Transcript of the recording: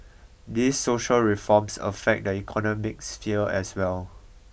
these social reforms affect the economic sphere as well